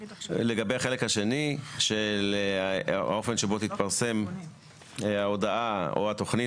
לגבי החלק השני של האופן שבו תתפרסם ההודעה או התוכנית